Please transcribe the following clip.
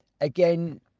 again